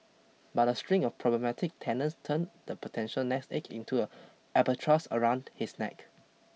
but a string of problematic tenants turned the potential nest egg into an albatross around his neck